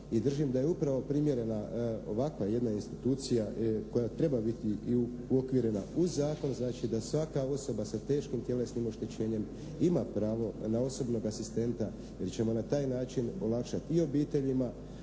držim da je upravo primjerena ovakva jedna institucija koja treba biti i uokvirena uz zakon. Znači da svaka osoba sa teškim tjelesnim oštećenjem ima pravo na osobnog asistenta jer ćemo na taj način olakšati i obiteljima,